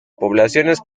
poblaciones